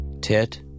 Tit